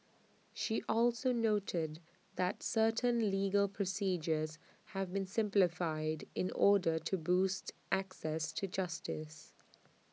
she also noted that certain legal procedures have been simplified in order to boost access to justice